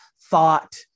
thought